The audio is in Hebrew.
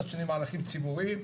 מצד שני מהלכים ציבוריים,